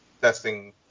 testing